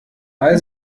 all